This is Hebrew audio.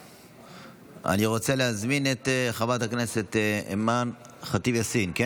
אני רוצה להזמין את חברת הכנסת אימאן ח'טיב יאסין להסתייג,